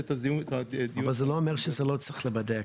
את הדיון --- אבל זה לא אומר שזה לא צריך להיבדק.